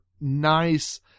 nice